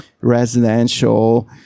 residential